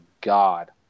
God